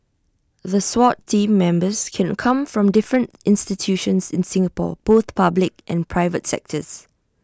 the Swat Team Members can come from different institutions in Singapore both public and private sectors